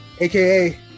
AKA